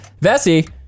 Vessi